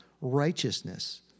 righteousness